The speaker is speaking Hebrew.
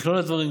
מכלול הדברים,